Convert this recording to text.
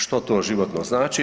Što to životno znači?